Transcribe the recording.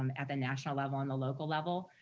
um at the national level on the local level,